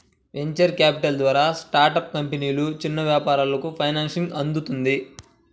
venture capital ద్వారా startup కంపెనీలు, చిన్న వ్యాపారాలకు ఫైనాన్సింగ్ అందుతుంది